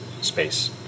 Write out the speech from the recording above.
space